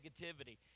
negativity